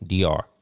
DR